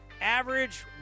average